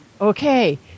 okay